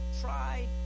tried